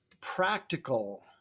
practical